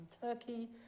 Turkey